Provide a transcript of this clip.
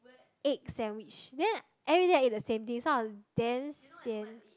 egg sandwich then every day I eat the same thing so I was damn sian